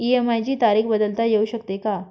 EMI ची तारीख बदलता येऊ शकते का?